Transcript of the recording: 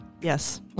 Yes